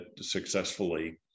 successfully